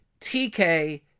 TK